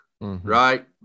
right